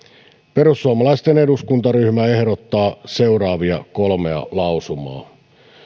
perussuomalaisten eduskuntaryhmä ehdottaa seuraavia kolmea lausumaa